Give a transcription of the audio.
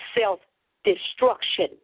self-destruction